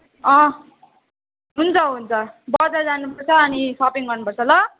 अँ हुन्छ हुन्छ बजार जानुपर्छ अनि सपिङ गर्नु पर्छ ल